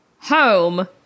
home